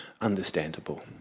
Understandable